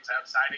outside